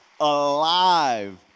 alive